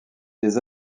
des